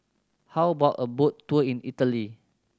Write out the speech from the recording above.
how about a boat tour in Italy